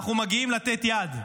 אנחנו מגיעים לתת יד,